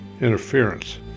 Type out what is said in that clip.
interference